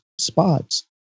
spots